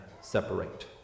separate